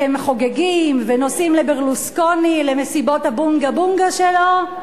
אתם חוגגים ונוסעים לברלוסקוני למסיבות הבונגה-בונגה שלו,